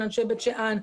של אנשי בית שאן,